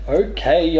okay